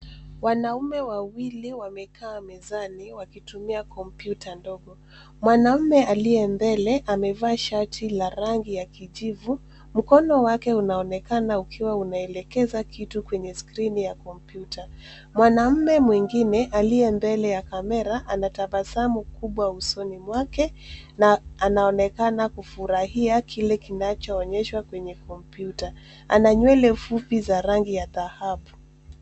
Wanaume wawili wamekaa mezani wakitumia kompyuta ndogo. Mwanaume aliye mbele amevaa shati la rangi ya kijivu. Mkono wake unaonekana ukiwa unaelekeza kitu kwenye skrini ya kompyuta. Mwanaume mwingine aliye mbele ya kamera ana tabasamu kubwa usoni mwake na anaonekana kufurahia kile kinachoonyeshwa kwenye kompyuta. Ana nywele fupi za rangi ya dhahabu.